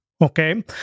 Okay